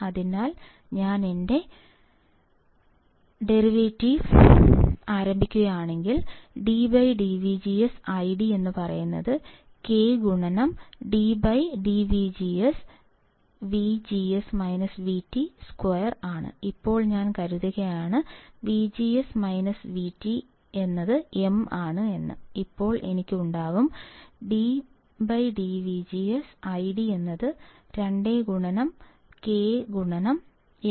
അതിനാൽ ഞാൻ എന്റെ ഡെറിവേറ്റീവ് ആരംഭിക്കുകയാണെങ്കിൽ dID dVGS K d dVGS 2 ഇപ്പോൾ ഞാൻ കരുതുകയാണ് VGS VT m അപ്പോൾ എനിക്ക് ഉണ്ടാകും dID dVGS 2 Km dm dVGS